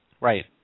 Right